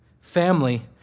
family